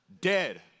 dead